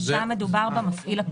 ושם מדובר במפעיל הפרטי.